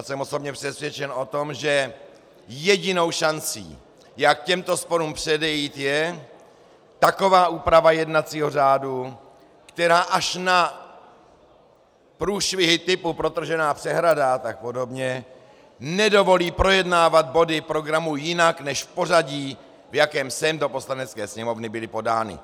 Jsem osobně přesvědčen o tom, že jedinou šancí, jak těmto sporům předejít, je taková úprava jednacího řádu, která až na průšvihu typu protržená přehrada a tak podobně nedovolí projednávat body programu jinak než v pořadí, v jakém sem do Poslanecké sněmovny byly podány.